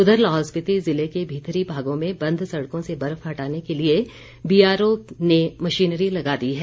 उधर लाहौल स्पिति जिले के भीतरी भागों ने बंद सड़कों से बर्फ हटाने के लिए बीआरओ ने मशीनरी लगा दी है